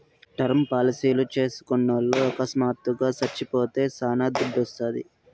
term పాలసీలు చేస్కున్నోల్లు అకస్మాత్తుగా సచ్చిపోతే శానా దుడ్డోస్తాది